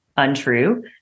untrue